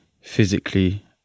physically